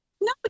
No